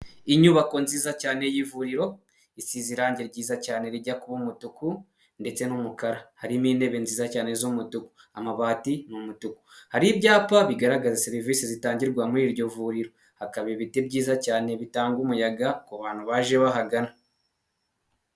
Inyubako nziza cyane y'ivuriro, isize irange ryiza cyane rijya kuba umutuku ndetse n'umukara, harimo intebe nziza cyane z'umutuku, amabati ni umutuku, hari ibyapa bigaragaza serivisi zitangirwa muri iryo vuriro, hakaba ibiti byiza cyane bitanga umuyaga ku bantu baje bahagana.